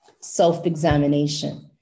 self-examination